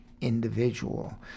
individual